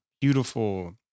beautiful